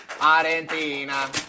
Argentina